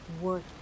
work